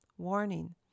Warning